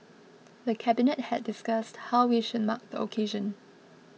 the Cabinet had discussed how we should mark the occasion